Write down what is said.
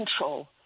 control